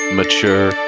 mature